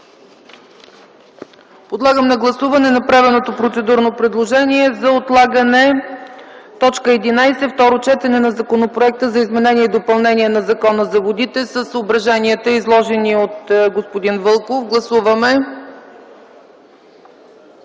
Подлагам на гласуване направеното процедурно предложение за отлагане на точка 11 – Второ четене на Законопроекта за изменение и допълнение на Закона за водите, със съображенията, изложени от господин Вълков. Гласували